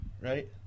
Right